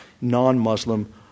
non-Muslim